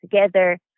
together